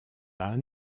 bahn